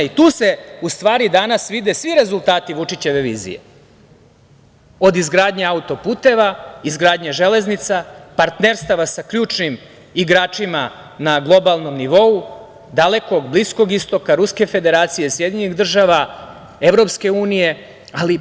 Tu se, u stvari danas vide svi rezultati Vučićeve vizije, od izgradnje autoputeva, izgradnje železnica, partnerstava sa ključnim igračima na globalnom nivou, Dalekog Istoka, Bliskog Istoka, Ruske Federacije, Sjedinjenih Američkih Država, Evropske unije.